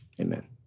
Amen